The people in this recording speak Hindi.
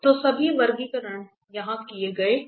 तो सभी वर्गीकरण यहां किए गए हैं